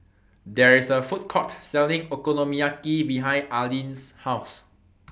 There IS A Food Court Selling Okonomiyaki behind Aleen's House